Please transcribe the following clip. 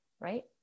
right